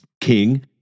king